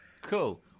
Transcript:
Cool